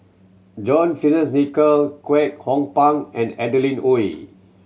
John Fearns Nicoll Kwek Hong Png and Adeline Ooi